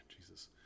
Jesus